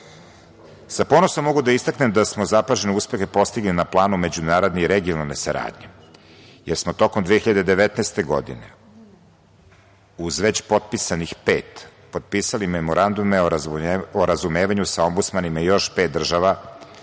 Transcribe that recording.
ponosom mogu da istaknem da smo zapažene uspehe postigli na planu međunarodne i regionalne saradnje, jer smo tokom 2019. godine uz već potpisanih pet, potpisali Memorandum o razumevanju sa obmdusmanima još pet država